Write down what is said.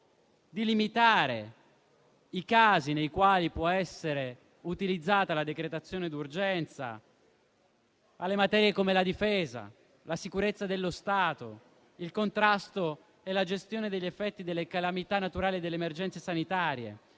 di limitare i casi nei quali la decretazione d'urgenza può essere utilizzata alle materie come la difesa, la sicurezza dello Stato, il contrasto e la gestione degli effetti delle calamità naturali e delle emergenze sanitarie,